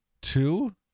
Two